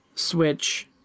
switch